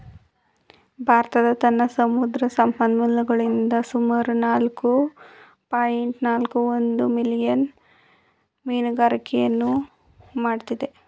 ಭಾರತ ತನ್ನ ಸಮುದ್ರ ಸಂಪನ್ಮೂಲಗಳಿಂದ ಸುಮಾರು ನಾಲ್ಕು ಪಾಯಿಂಟ್ ನಾಲ್ಕು ಒಂದು ಮಿಲಿಯನ್ ಮೀನುಗಾರಿಕೆಯನ್ನು ಮಾಡತ್ತದೆ